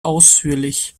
ausführlich